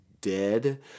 dead